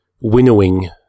winnowing